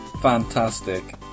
fantastic